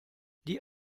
die